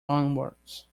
onwards